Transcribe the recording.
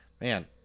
Man